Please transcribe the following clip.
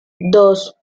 dos